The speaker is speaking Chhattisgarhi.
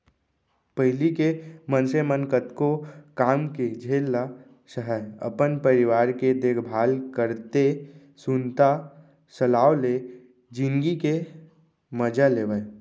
पहिली के मनसे मन कतको काम के झेल ल सहयँ, अपन परिवार के देखभाल करतए सुनता सलाव ले जिनगी के मजा लेवयँ